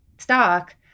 stock